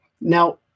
Now